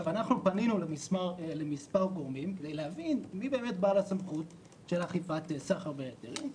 פנינו למספר גורמים כדי להבין מי באמת בעל הסמכות לאכיפת סחר בהיתרים,